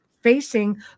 facing